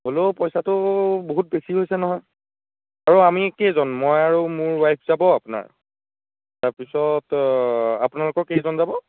হ'লেও পইচাটো বহুত বেছি হৈছে নহয় আৰু আমি কেইজন মই আৰু মোৰ ৱাইফ যাব আপোনাৰ তাৰ পিছত আপোনালোকৰ কেইজন যাব